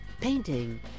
painting